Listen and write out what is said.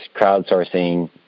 crowdsourcing